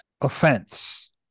offense